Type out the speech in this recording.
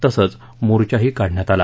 तसंच मोर्चाही काढण्यात आला